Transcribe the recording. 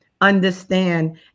understand